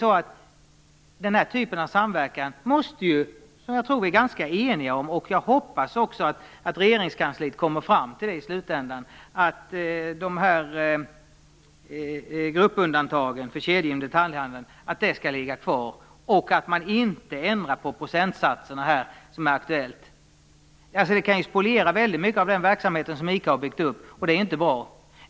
Jag tror att vi är ganska eniga om - och jag hoppas också att Regeringskansliet kommer fram till det i slutändan - att gruppundantagen för kedjor inom detaljhandeln skall ligga kvar och att man inte skall ändra på procentsatserna här som är aktuellt. Detta skulle kunna spoliera väldigt mycket av den verksamhet som ICA har byggt upp, och det är inte bra.